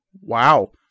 wow